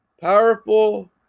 powerful